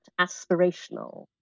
aspirational